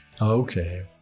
Okay